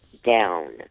down